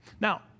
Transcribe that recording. Now